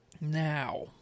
now